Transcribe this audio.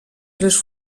tres